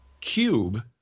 cube